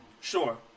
Sure